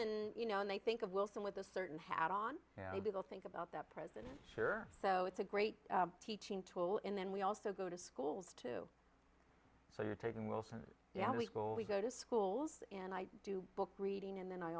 and you know and they think of wilson with a certain hat on people think about that president sure so it's a great teaching tool in and we also go to school too so you're taking wilson yeah we go we go to schools and i do book reading and then i